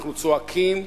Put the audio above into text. אנחנו צועקים,